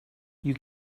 you